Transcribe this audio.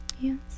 yes